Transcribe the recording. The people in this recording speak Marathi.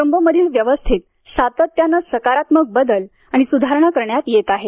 जम्बोमधील व्यवस्थेत सातत्याने सकारात्मक बदल आणि सुधारणा करण्यात येत आहेत